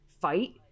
fight